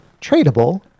tradable